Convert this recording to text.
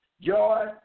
joy